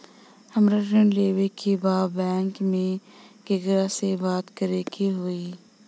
हमरा ऋण लेवे के बा बैंक में केकरा से बात करे के होई?